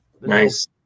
Nice